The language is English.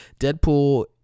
Deadpool